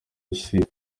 rusizi